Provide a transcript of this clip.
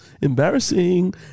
embarrassing